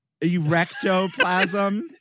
Erectoplasm